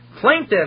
plaintiff